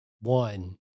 one